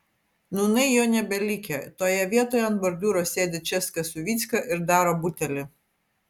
nūnai jo nebelikę toje vietoje ant bordiūro sėdi česka su vycka ir daro butelį